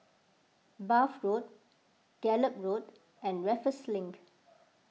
Bath Road Gallop Road and Raffles Link